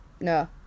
no